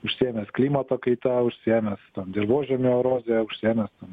užsiėmęs klimato kaita užsiėmęs ten dirvožemio erozija užsiėmęs ten